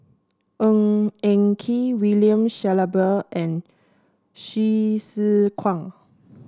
Ng Eng Kee William Shellabear and Hsu Tse Kwang